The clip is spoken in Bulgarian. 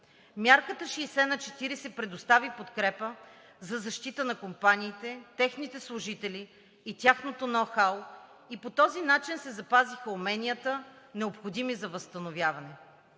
Мярката 60/40 предостави подкрепа за защита на компаниите, техните служители и тяхното ноу-хау, и по този начин се запазиха уменията, необходими за възстановяване.